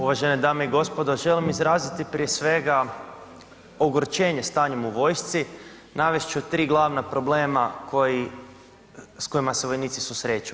Uvažene dame i gospodo, želim izraziti prije svega ogorčenje stanjem u vojsci, navest ću tri glavna problema s kojima se vojnici susreću.